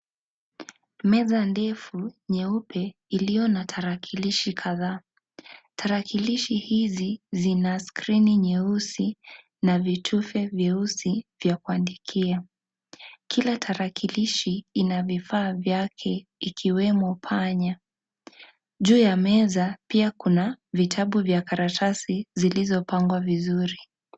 Meza ndefu nyeupe iliyona tarakilishi kadhaa . Tarakilishi hizi zinaskrini nyeusi na vitufe vyeusi vya kuandikia. Kila tarakilishi ina vifaa vyake ikiweme panya juu ya meza pia kuna vitabu vya karatasi zilivyopangwa vizuri.